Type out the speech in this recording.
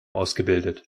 ausgebildet